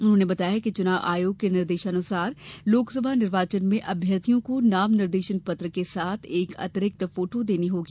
उन्होंने बताया कि चुनाव आयोग के निर्देशानुसार लोकसभा निर्वाचन में अभ्यर्थियों को नाम निर्देशन पत्र के साथ एक अतिरिक्त फोटो देना होगा